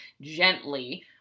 gently